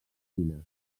medicina